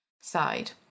side